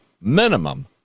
minimum